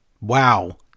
wow